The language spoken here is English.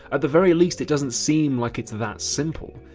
at the very least it doesn't seem like it's that simple.